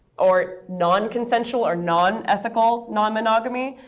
or non-consensual, or non ethical non-monogamy.